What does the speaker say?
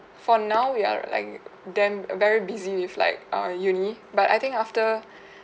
for now we are like damn uh very busy with like err uni but I think after